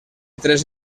tres